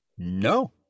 No